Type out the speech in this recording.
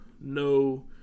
No